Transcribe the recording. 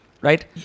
right